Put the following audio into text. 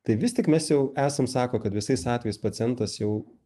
tai vis tik mes jau esam sako kad visais atvejais pacientas jau